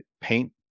paint